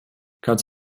kannst